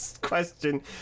Question